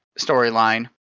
storyline